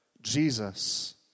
Jesus